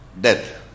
death